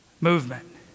movement